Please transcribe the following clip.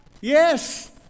Yes